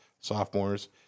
sophomores